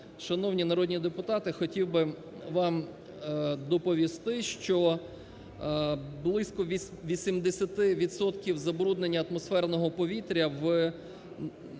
шановні народні депутати, хотів би вам доповісти, що близько 80 відсотків забруднення атмосферного повітря в